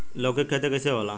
लौकी के खेती कइसे होला?